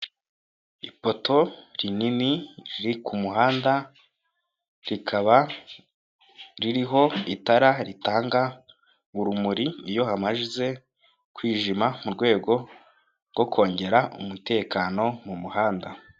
Ipoto rinini riri ku muhanda, rikaba ririho itara ritanga urumuri iyo hamaze kwijima. Mu rwego rwo kongera umutekano mu muhanda.